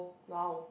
!wow!